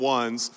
ones